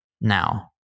now